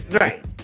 Right